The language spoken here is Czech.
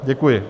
Děkuji.